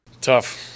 Tough